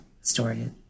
story